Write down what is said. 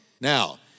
Now